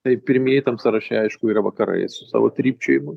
tai pirmieji tam sąraše aišku yra vakarai su savo trypčiojimu